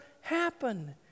happen